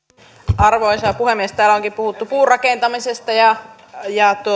arvoisa puhemies täällä onkin puhuttu puurakentamisesta ja